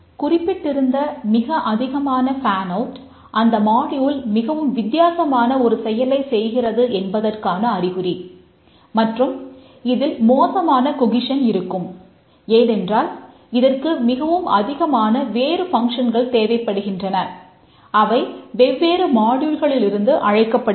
குறிப்பிட்டிருந்த மிக அதிகமான ஃபேன்அவுட் அழைக்கப்படுகின்றன